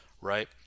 right